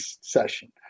session